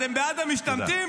אתם בעד המשתמטים?